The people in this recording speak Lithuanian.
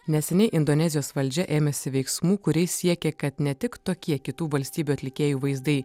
neseniai indonezijos valdžia ėmėsi veiksmų kuriais siekė kad ne tik tokie kitų valstybių atlikėjų vaizdai